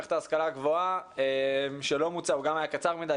מערכת ההשכלה הגבוהה שלא מוצה הוא גם היה קצר מדי,